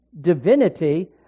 divinity